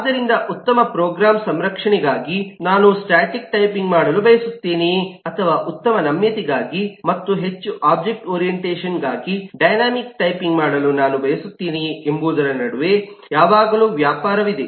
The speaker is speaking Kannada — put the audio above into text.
ಆದ್ದರಿಂದ ಉತ್ತಮ ಪ್ರೋಗ್ರಾಮ್ ಸುರಕ್ಷತೆಗಾಗಿ ನಾನು ಸ್ಟಾಟಿಕ್ ಟೈಪಿಂಗ್ ಮಾಡಲು ಬಯಸುತ್ತೇನೆಯೇ ಅಥವಾ ಉತ್ತಮ ನಮ್ಯತೆಗಾಗಿ ಮತ್ತು ಹೆಚ್ಚು ಓಬ್ಜೆಕ್ಟ್ ಓರಿಯೆಂಟೇಷನ್ ಗಾಗಿ ಡೈನಾಮಿಕ್ ಟೈಪಿಂಗ್ ಮಾಡಲು ನಾನು ಬಯಸುತ್ತೇನೆಯೇ ಎಂಬುದರ ನಡುವೆ ಯಾವಾಗಲೂ ವ್ಯಾಪಾರವಿದೆ